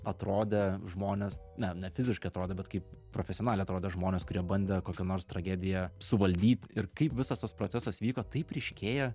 atrodė žmonės ne ne fiziškai atrodė bet kaip profesionaliai atrodė žmonės kurie bandė kokią nors tragediją suvaldyt ir kaip visas tas procesas vyko taip ryškėja